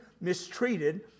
mistreated